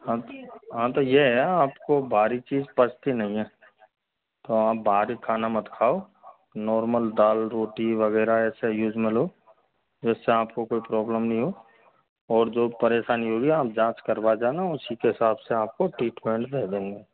हाँ तो ये है आपको बाहरी चीज पचती नहीं है तो आप बाहरी खाना मत खाओ नॉर्मल दाल रोटी वगैरह ऐसे यूज में लो जिससे आपको कोई प्रॉबलम नही हो और जो परेशानी होगी आप जाँच करवा जाना उसी के हिसाब से आपको ट्रीटमेंट दे देंगे